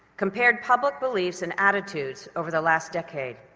compared public beliefs and attitudes over the last decade.